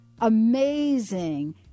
amazing